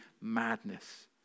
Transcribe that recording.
madness